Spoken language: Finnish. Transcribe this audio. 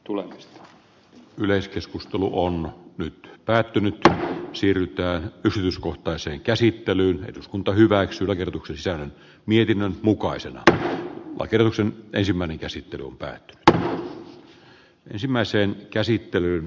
tule nyt yleiskeskustelu on nyt päättynyt siirrytään fyyskohtaiseen käsittelyyn eduskunta hyväksyy ehdotuksensa niiden mukaisella walker usa ensimmäinen käsittely pääty tämän lain tulemista